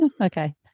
Okay